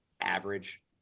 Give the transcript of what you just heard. average